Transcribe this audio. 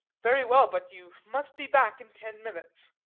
very well, but you must be back in ten minutes.